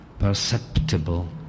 perceptible